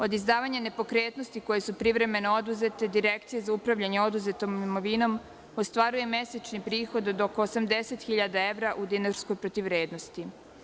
Od izdavanja nepokretnosti koje su privremeno oduzete Direkcija za upravljanje oduzetom imovinom ostvaruje mesečni prihod od oko 80.000 evra u dinarskoj protivvrednosti.